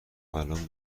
الان